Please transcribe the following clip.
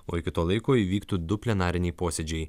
o iki to laiko įvyktų du plenariniai posėdžiai